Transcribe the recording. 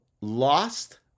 lost